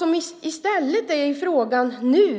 Nu handlar